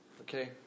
okay